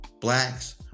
blacks